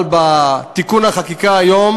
בתיקון החקיקה היום